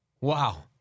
wow